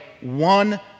one